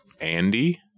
Andy